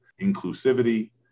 inclusivity